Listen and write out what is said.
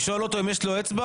לשאול אותו אם יש לו אצבע?